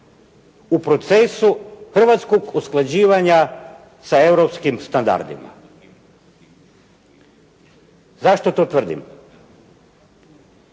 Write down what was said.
u procesu hrvatskog usklađivanja sa europskim standardima. Zašto to tvrdim?